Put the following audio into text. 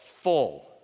full